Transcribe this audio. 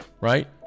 Right